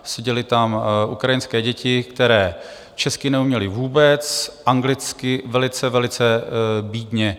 Seděly tam ukrajinské děti, které česky neuměly vůbec, anglicky velice, velice bídně.